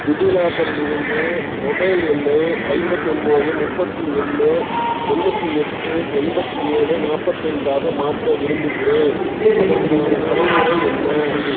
டிஜிலாக்கரிலிருந்து mobile எண்ணை ஐம்பத்து ஒம்பது முப்பத்து ஒன்று தொண்ணூற்றி எட்டு எண்பத்து ஏழு நாற்பத்தைந்தாக மாற்ற விரும்புகிறேன் அதற்கான நடைமுறை என்ன